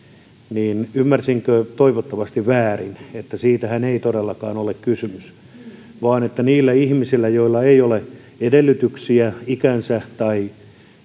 niin ymmärsinkö toivottavasti väärin että siitähän ei todellakaan ole kysymys vaan että niillä ihmisillä joilla ei ole edellytyksiä ikänsä tai